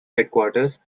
headquarters